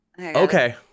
Okay